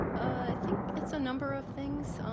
i think it's a number of things.